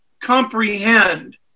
comprehend